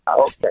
Okay